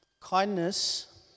Kindness